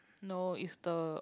no is the